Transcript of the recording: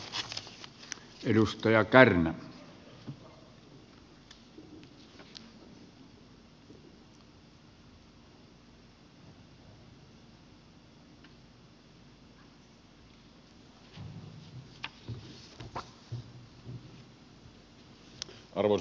arvoisa puhemies